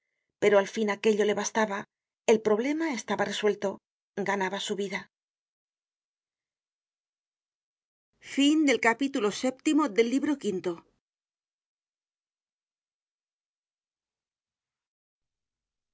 pero al fin aquello le bastaba el problema estaba resuelto ganaba su vida